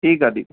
ठीकु आहे दी